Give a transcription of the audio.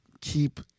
keep